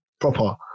proper